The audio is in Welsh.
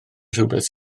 rhywbeth